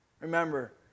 Remember